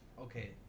Okay